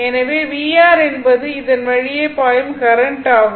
எனவே vR என்பது இதன் வழியே பாயும் கரண்ட் ஆகும்